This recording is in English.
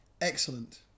excellent